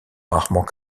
rarement